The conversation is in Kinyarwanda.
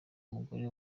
mugore